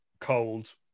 cold